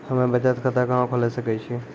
हम्मे बचत खाता कहां खोले सकै छियै?